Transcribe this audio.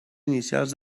inicials